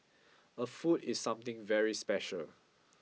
a fool is something very special